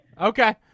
Okay